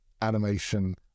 animation